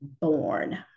born